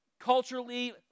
Culturally